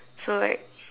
so like